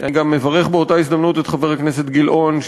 אני גם מברך באותה הזדמנות את חבר הכנסת גילאון,